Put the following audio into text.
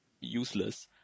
useless